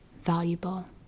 valuable